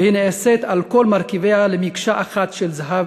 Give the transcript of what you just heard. והיא נעשית, על כל מרכיביה, למקשה אחת של זהב.